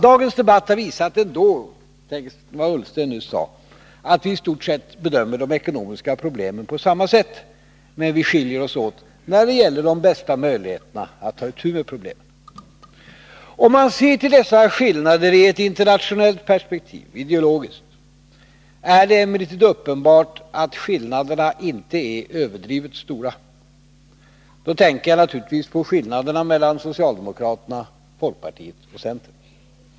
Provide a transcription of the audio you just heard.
Dagens debatt har, som Ola Ullsten sade, visat att vi i stort sett bedömer de ekonomiska problemen på samma sätt. Vi skiljer oss åt när det gäller vilken politik som ger de bästa möjligheterna att ta itu med problemen. Om man ser till dessa skillnader i ett internationellt ideologiskt perspektiv, är det emellertid uppenbart att de skillnaderna inte är överdrivet stora. Då tänker jag naturligtvis på skillnaderna mellan socialdemokraterna, folkpartiet och centern.